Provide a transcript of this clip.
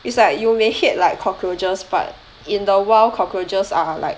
it's like you may hate like cockroaches but in the wild cockroaches are like